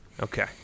okay